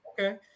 Okay